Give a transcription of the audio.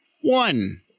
one